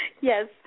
yes